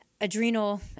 adrenal